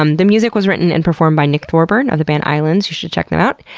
um the music was written and performed by nick thorburn of the band islands, you should check them out.